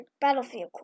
battlefield